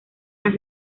las